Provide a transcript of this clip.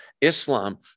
Islam